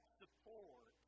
support